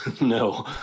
No